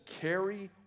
carry